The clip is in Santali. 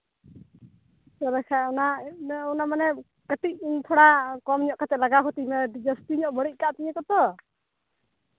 ᱛᱚᱵᱮ ᱠᱷᱟᱱ ᱚᱱᱟ ᱚᱱᱟ ᱢᱟᱱᱮ ᱠᱟᱹᱴᱤᱡ ᱛᱷᱚᱲᱟ ᱠᱚᱢ ᱧᱚᱜ ᱠᱟᱛᱮ ᱞᱟᱜᱟᱣ ᱠᱟᱹᱛᱤᱧ ᱢᱮ ᱟᱹᱰᱤ ᱡᱟᱹᱥᱛᱤ ᱧᱚᱜ ᱵᱟᱹᱲᱤᱡ ᱠᱟᱜ ᱛᱤᱧᱟᱹ ᱠᱚᱛᱚ